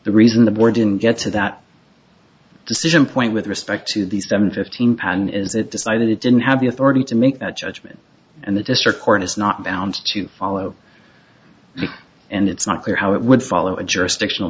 the reason them or didn't get to that decision point with respect to these them fifteen pan is it decided it didn't have the authority to make that judgment and the district court is not bound to follow it and it's not clear how it would follow a jurisdiction